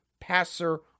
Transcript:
passer